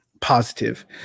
positive